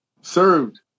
served